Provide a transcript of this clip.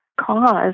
cause